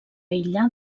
aïllar